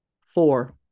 Four